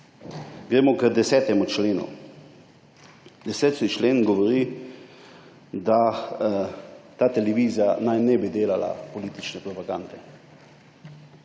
Gremo k 10. členu. 10. člen govori, da ta televizija naj ne bi delala politične propagande.